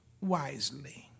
wisely